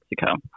Mexico